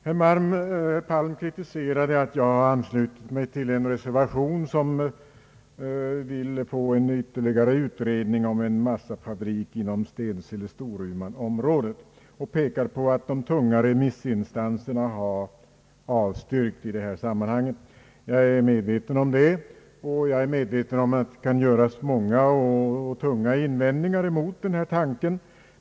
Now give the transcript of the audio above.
Herr Palm kritiserade mig för att jag anslutit mig till ett reservationskrav på ytterligare utredning om en massafabrik inom Stensele-Storumanområdet. Han pekar på att de tunga remissinstanserna avstyrkt i detta sammanhang. Jag är medveten om detta och om att det kan göras många och tungt vägande invändningar mot denna tanke.